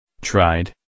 Tried